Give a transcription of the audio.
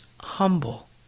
humble